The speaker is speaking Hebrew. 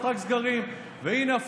אינו נוכח